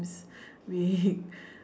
we